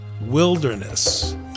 wilderness